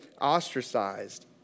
ostracized